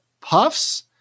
puffs